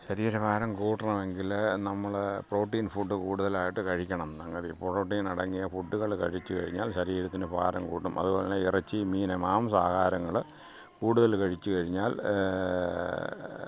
ശരീരഭാരം കൂട്ടണമെങ്കിൽ നമ്മൾ പ്രോട്ടീൻ ഫുഡ്ഡ് കൂടുതലായിട്ട് കഴിക്കണം സംഗതി പ്രോട്ടീനടങ്ങിയ ഫുഡ്ഡ്കൾ കഴിച്ച് കഴിഞ്ഞാൽ ശരീരത്തിന് ഭാരം കൂടും അതുപോലെ തന്നെ ഇറച്ചീ മീൻ മാംസാഹാരങ്ങൾ കൂടുതൽ കഴിച്ച് കഴിഞ്ഞാൽ